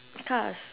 cars